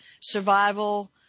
survival